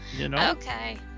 Okay